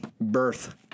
birth